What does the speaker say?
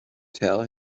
tell